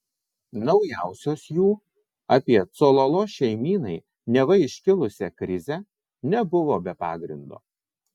naujausios jų apie cololo šeimynai neva iškilusią krizę nebuvo be pagrindo